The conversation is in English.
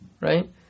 right